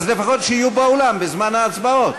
אז לפחות שיהיו באולם בזמן ההצבעות.